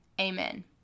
amen